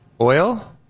Oil